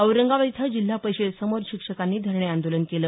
औरंगाबाद इथं जिल्हा परिषदेसमोर शिक्षकांनी धरणे आंदोलन केलं